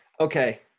Okay